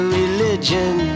religion